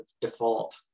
default